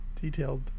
detailed